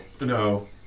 No